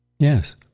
Yes